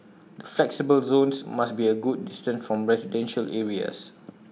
the flexible zones must be A good distance from residential areas